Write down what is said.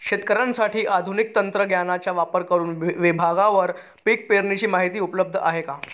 शेतकऱ्यांसाठी आधुनिक तंत्रज्ञानाचा वापर करुन विभागवार पीक पेरणीची माहिती उपलब्ध आहे का?